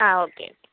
ആ ഒക്കെ ഓക്കെ